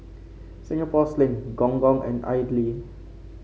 Singapore Sling Gong Gong and idly